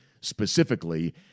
specifically